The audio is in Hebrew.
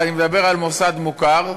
ואני מדבר על מוסד מוכר,